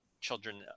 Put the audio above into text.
children